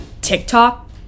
tiktok